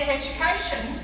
education